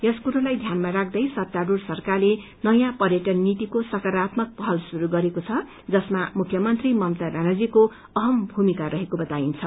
यस कुरोलाई ध्यानमा राख्दै सत्तास्ढ़ सरक्वारले नयाँ पर्यटन नीतिको सकारात्मक पहल श्रुरू गरेको छ जसमा मुख्यमन्त्री ममता व्यानर्जीको अहम भूमिका रहेको बताइन्छ